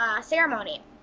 ceremony